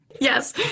Yes